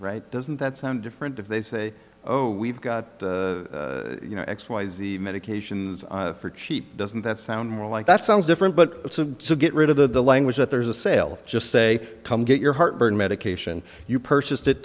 right doesn't that sound different if they say oh we've got you know x y z medications for cheap doesn't that sound more like that sounds different but get rid of the language that there's a sale just say come get your heartburn medication you purchased it